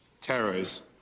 terrorists